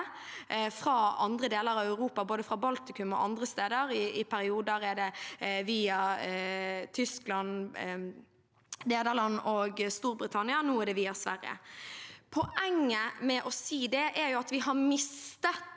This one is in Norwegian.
fra andre deler av Europa, både fra Baltikum og andre steder. I perioder er det via Tyskland, Nederland og Storbritannia, nå er det via Sverige. Poenget med å si dette er at vi egentlig har mistet